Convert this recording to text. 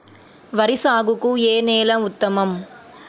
వరి సాగుకు ఏ నేల ఉత్తమం?